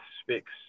speaks